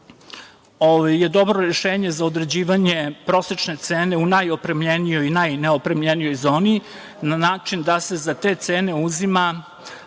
je dobro rešenje za određivanje prosečne cene u najopremljenijoj i najneopremljenijoj zoni, na način da se za te cene uzima